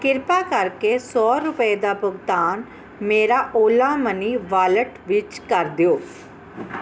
ਕਿਰਪਾ ਕਰਕੇ ਸੌ ਰੁਪਏ ਦਾ ਭੁਗਤਾਨ ਮੇਰਾ ਓਲਾ ਮਨੀ ਵਾਲਟ ਵਿੱਚ ਕਰ ਦਿਓ